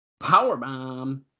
powerbomb